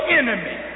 enemy